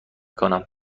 کنم